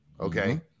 Okay